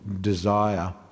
desire